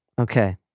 Okay